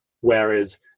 Whereas